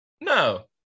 no